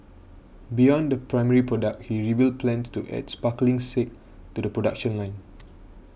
beyond the primary product he revealed plans to add sparkling sake to the production line